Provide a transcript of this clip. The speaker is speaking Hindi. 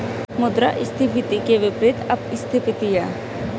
मुद्रास्फीति के विपरीत अपस्फीति है